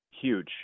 huge